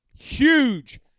Huge